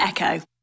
Echo